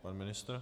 Pan ministr.